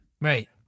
Right